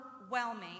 overwhelming